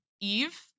Eve